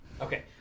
Okay